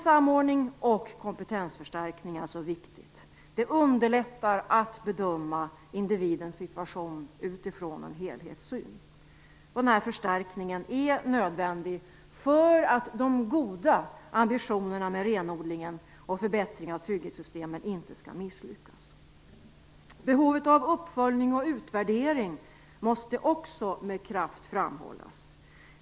Samordning och kompetensförstärkning är viktiga och underlättar bedömningen av individens situation utifrån en helhetssyn. Förstärkningen är också nödvändig för att de goda ambitionerna med renodlingen och förbättringen av trygghetssystemen inte skall misslyckas. Behovet av uppföljning och utvärdering måste med kraft framhållas.